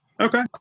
Okay